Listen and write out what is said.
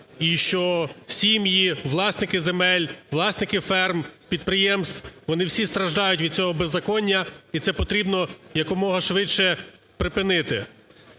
і що сім'ї власників земель, власників ферм, підприємств, вони всі страждають від цього беззаконня, і це потрібно якомога швидше припинити.